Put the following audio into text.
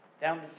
down